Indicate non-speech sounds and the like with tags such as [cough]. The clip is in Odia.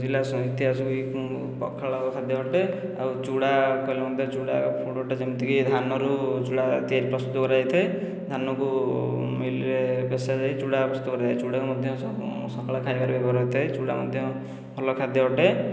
ଜିଲ୍ଲା [unintelligible] ଇତିହାସକୁ ବି ପଖାଳ ଖାଦ୍ୟ ଅଟେ ଆଉ ଚୁଡ଼ା କହିଲେ ମଧ୍ୟ ଚୁଡ଼ା ଫୁଡ଼୍ ଗୋଟିଏ ଯେମିତିକି ଧାନରୁ ଚୁଡ଼ା ପ୍ରସ୍ତୁତ କରାଯାଇଥାଏ ଧାନକୁ ମିଲ୍ରେ ପେଶା ଯାଇ ଚୁଡ଼ା ପ୍ରସ୍ତୁତ କରାଯାଏ ଚୁଡ଼ାକୁ ମଧ୍ୟ ସକାଳ ଖାଇବାରେ ବ୍ୟବହାର ହୋଇଥାଏ ଚୁଡ଼ା ମଧ୍ୟ ଭଲ ଖାଦ୍ୟ ଅଟେ